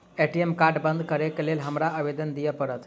ATM card बंद करैक लेल हमरा आवेदन दिय पड़त?